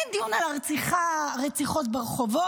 אין דיון על הרציחות ברחובות,